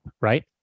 right